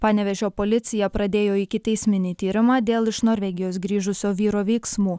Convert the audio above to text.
panevėžio policija pradėjo ikiteisminį tyrimą dėl iš norvegijos grįžusio vyro veiksmų